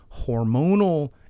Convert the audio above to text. hormonal